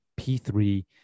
P3